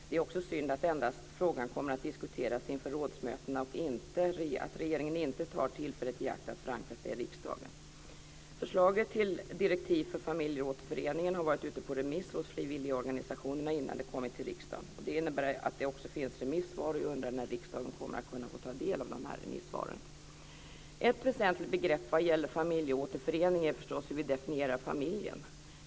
Det är också synd att frågan endast kommer att diskuteras inför rådsmötena och att regeringen inte tar tillfället i akt att förankra sig i riksdagen. Förslaget till direktiv för familjeåterförening har varit ute på remiss hos frivilligorganisationerna innan det kommit till riksdagen. Det innebär att det också finns remissvar, och jag undrar när riksdagen kommer att kunna få ta del av de remissvaren. Ett väsentligt begrepp vad gäller familjeåterförening är förstås hur vi definierar familjen.